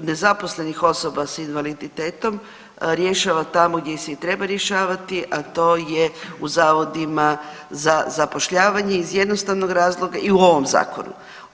nezaposlenih osoba s invaliditetom rješava tamo gdje se i treba rješavati, a to je u zavodima za zapošljavanje iz jednostavnog razloga, i u ovom Zakonu.